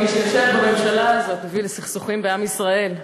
מי שיושב בממשלה הזאת מביא לסכסוכים בעם ישראל.